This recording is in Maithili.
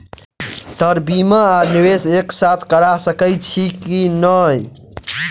सर बीमा आ निवेश एक साथ करऽ सकै छी की न ई?